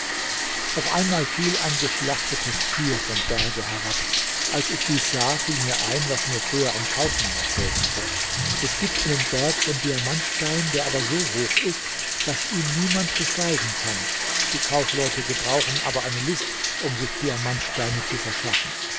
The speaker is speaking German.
auf einmal fiel ein geschlachtetes tier vom berge herab als ich dies sah fiel mir ein was mir früher ein kaufmann erzählt hatte es gibt einen berg von diamantstein der aber so hoch ist daß ihn niemand besteigen kann die kaufleute gebrauchen aber eine list um sich diamantsteine zu verschaffen